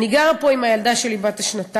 אני גרה פה עם הילדה שלי בת השנתיים.